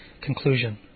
Conclusion